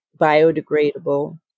biodegradable